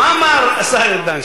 מה אמר השר ארדן?